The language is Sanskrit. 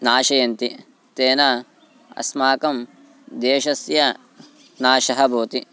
नाशयन्ति तेन अस्माकं देशस्य नाशः भवति